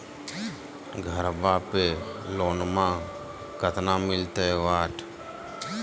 घरबा पे लोनमा कतना मिलते?